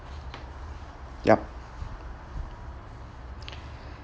yup